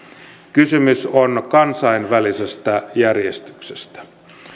kysymys on kansainvälisestä järjestyksestä